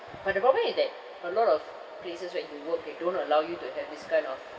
but the problem is that a lot of places where you work they don't allow you to have this kind of